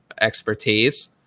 expertise